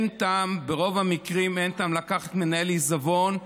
ברוב המקרים אין טעם לקחת מנהל עיזבון,